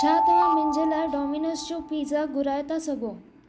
छा तव्हां मुंहिंजे लाइ डोमीनोज जो पीज़्ज़ा घुराए था सघो